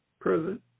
present